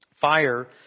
Fire